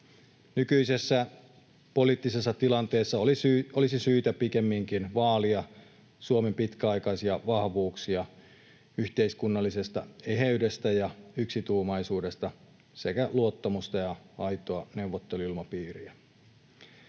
Nykyisessä poliittisessa tilanteessa olisi syytä pikemminkin vaalia Suomen pitkäaikaisia vahvuuksia yhteiskunnallisesta eheydestä ja yksituumaisuudesta sekä luottamusta ja aitoa neuvotteluilmapiiriä.